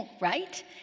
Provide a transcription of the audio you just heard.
right